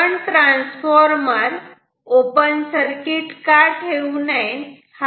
तर current transformer कधीही open circuit का ठेवत नाही